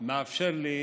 שמאפשרים לי